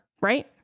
right